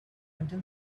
until